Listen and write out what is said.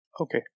Okay